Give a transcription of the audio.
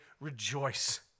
rejoice